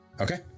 Okay